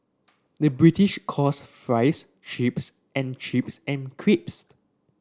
the British calls fries chips and chips and crisps